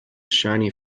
shiny